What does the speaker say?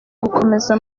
gukomeza